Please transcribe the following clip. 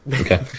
Okay